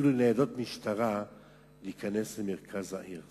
ולניידות משטרה להיכנס למרכז העיר.